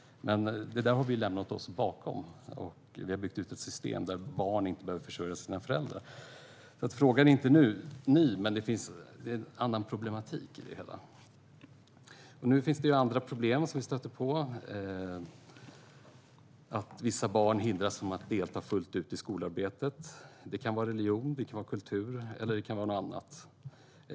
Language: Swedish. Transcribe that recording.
Det har vi lämnat bakom oss. Vi har byggt ett system där barn inte behöver försörja sina föräldrar. Frågan är alltså inte ny, men nu finns det en helt annan problematik. Nu stöter vi på andra problem. Vissa barn hindras från att fullt ut delta i skolarbetet. Det kan vara på grund av religion, kultur eller något annat.